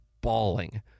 bawling